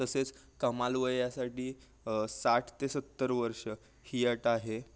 तसेच कमाल वय यासाठी साठ ते सत्तर वर्ष ही अट आहे